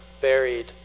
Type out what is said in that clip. buried